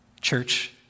Church